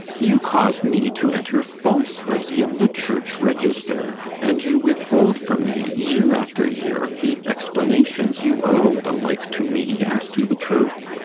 you cause me to enter falsehoods in the church register, and you withhold from me, year after year, the explanations you owed alike to me and to the truth.